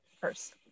first